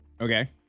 Okay